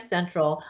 Central